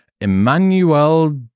Emmanuel